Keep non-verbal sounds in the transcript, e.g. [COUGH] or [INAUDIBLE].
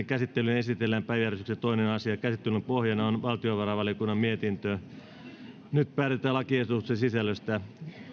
[UNINTELLIGIBLE] käsittelyyn esitellään päiväjärjestyksen toinen asia käsittelyn pohjana on valtiovarainvaliokunnan mietintö yksi nyt päätetään lakiehdotusten sisällöstä